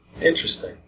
Interesting